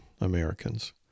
Americans